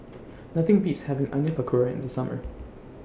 Nothing Beats having Onion Pakora in The Summer